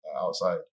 outside